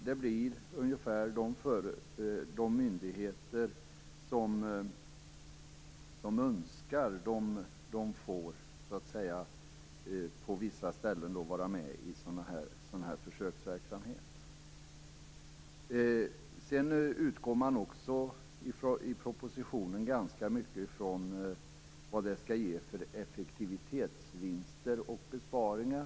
Det blir ungefär så att de myndigheter som önskar detta på vissa ställen får vara med i försöksverksamheten. I propositionen utgår regeringen i ganska hög grad från vad detta skall ge för effektivitetsvinster och besparingar.